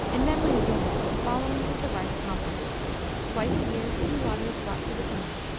in memory of the event the following is the rite accomplished twice a year sea-water is brought to the temple.